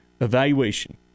evaluation